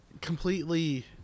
Completely